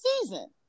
season